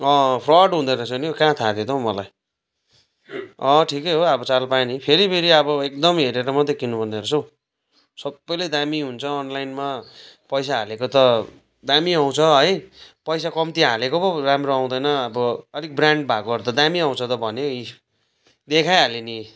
अँ फ्रड हुँदोरहेछ नि हौ कहाँ थाहा थियो त हौ मलाई अँ ठिकै हो अब चाल पायो नि फेरि फेरि अब एकदम हेरेर मात्रै किन्नु पर्ने रहेछ हौ सबैले दामी हुन्छ अनलाइनमा पैसा हालेको त दामी आउँछ है पैसा कम्ति हालेको पो राम्रो आउँदैन अब अलिक ब्रान्ड भएकोहरू त दामी आउँछ त भन्यो यी देखाइहाल्यो नि यी